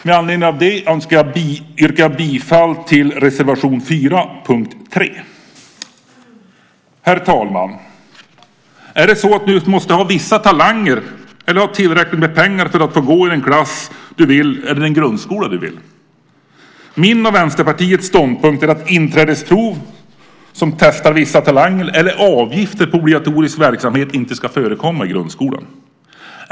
Med anledning av det yrkar jag bifall till reservation 4, punkt 3. Herr talman! Är det så att du måste ha vissa talanger eller tillräckligt med pengar för att få gå i den klass du vill eller den grundskola du vill? Min och Vänsterpartiets ståndpunkt är att inträdesprov som testar vissa talanger eller avgifter på obligatorisk verksamhet inte ska förekomma i grundskolan.